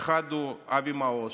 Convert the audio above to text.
האחד הוא אבי מעוז,